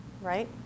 right